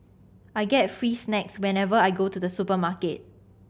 I get free snacks whenever I go to the supermarket